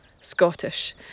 Scottish